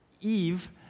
Eve